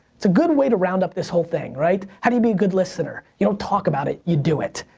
it's a good way to round up this whole thing, right? how do you be a good listener. you don't talk about it, you do it.